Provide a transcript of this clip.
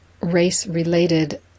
Race-Related